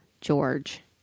George